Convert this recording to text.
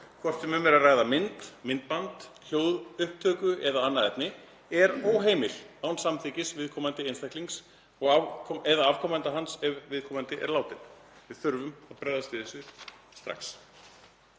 hvort sem um er að ræða mynd, myndband, hljóðupptöku eða annað efni, sé óheimil án samþykkis viðkomandi einstaklings eða afkomenda hans ef viðkomandi er látinn. Við þurfum að bregðast við þessu strax.